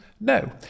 No